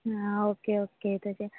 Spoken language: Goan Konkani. आं ओके ओके